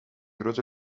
grote